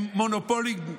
הם מונופולים,